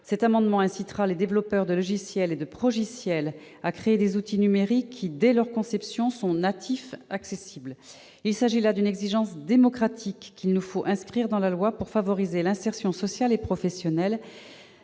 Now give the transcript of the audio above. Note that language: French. cet amendement incitera les développeurs de logiciels et de progiciels à créer des outils numériques, qui, dès leur conception, sont natifs, accessibles. Il s'agit là d'une exigence démocratique, qu'il nous faut inscrire dans la loi pour favoriser l'insertion sociale et professionnelle,